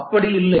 அப்படி இல்லை